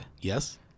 Yes